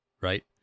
right